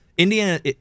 Indiana